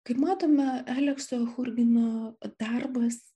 kaip matome alekso churgino darbas